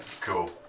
cool